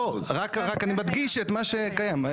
לא, אני רק מדגיש את מה שקיים.